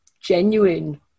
genuine